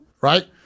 right